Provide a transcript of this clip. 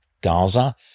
Gaza